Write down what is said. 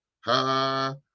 Ha